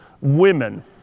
women